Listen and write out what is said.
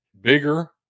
Bigger